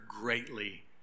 greatly